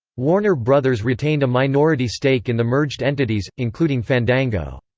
warner bros. retained a minority stake in the merged entities, including fandango.